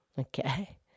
Okay